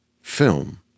film